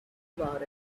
about